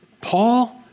Paul